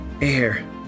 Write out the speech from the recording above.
Air